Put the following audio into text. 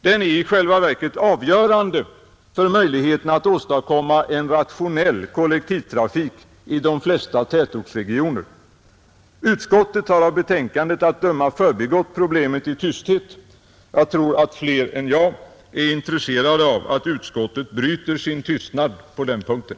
Den är i själva verket avgörande för möjligheten att åstadkomma en rationell kollektivtrafik i de flesta tätortsregioner. Utskottet har av betänkandet att döma förbigått problemet i tysthet. Jag tror att fler än jag är intresserade av att utskottet bryter sin tystnad på den här punkten.